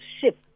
ship